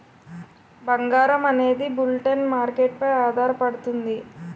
బంగారం అనేది bullion market పై ఆధారపడుతుంది